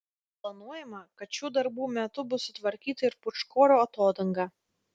planuojama kad šių darbų metu bus sutvarkyta ir pūčkorių atodanga